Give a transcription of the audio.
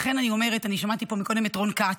לכן אני אומרת, שמעתי פה קודם את רון כץ,